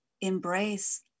embrace